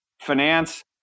Finance